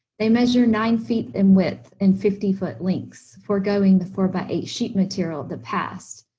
they measure nine feet in width in fifty foot lengths, foregoing the four by eight sheet material of the past,